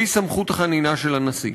והיא סמכות החנינה של הנשיא.